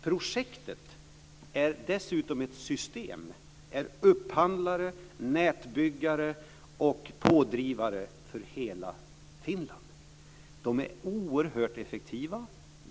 Projektet är dessutom ett system och är upphandlare, nätbyggare och pådrivare för hela Finland. Man är oerhört effektiv.